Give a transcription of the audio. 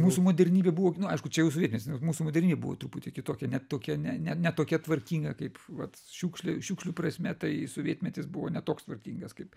mūsų modernybė buvo aišku čia jau sovietinis nes mūsų modernybė buvo truputį kitokia ne tokia ne ne ne tokia tvarkinga kaip vat šiukšlė šiukšlių prasme tai sovietmetis buvo ne toks tvarkingas kaip